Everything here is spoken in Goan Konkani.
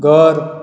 घर